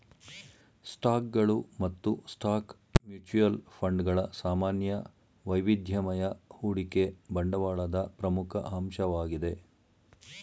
ಸ್ಟಾಕ್ಗಳು ಮತ್ತು stock mutual fund ಗಳ ಸಾಮಾನ್ಯ ವೈವಿಧ್ಯಮಯ ಹೂಡಿಕೆ ಬಂಡವಾಳದ ಪ್ರಮುಖ ಅಂಶವಾಗಿದೆ